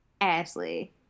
Ashley